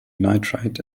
nitrite